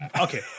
Okay